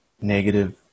negative